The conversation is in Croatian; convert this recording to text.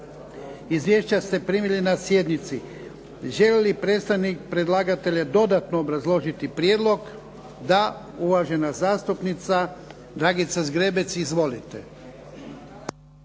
Izvješća ste primili na sjednici. Želi li predstavnik predlagatelja dodatno obrazložiti prijedlog? Da. Uvažena zastupnica Dragica Zgrebec. Izvolite.